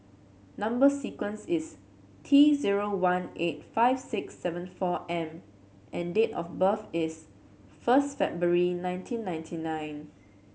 number sequence is T zero one eight five six seven four M and date of birth is first February nineteen ninety nine